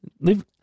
leave